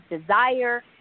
desire